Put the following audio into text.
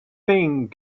thing